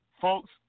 folks